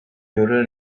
neural